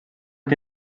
que